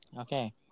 Okay